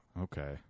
okay